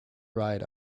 ride